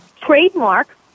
trademark